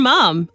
Mom